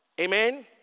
Amen